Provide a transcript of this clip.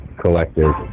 collective